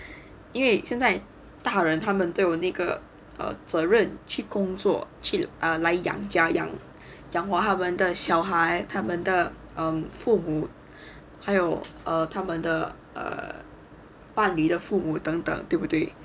因为现在大人他们对我那个 err 那个责任去工作去来养家养养活他们的小孩他们的 um 父母还有 err 他们的 err 伴侣的父母等等对不对